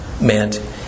meant